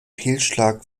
fehlschlag